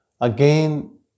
again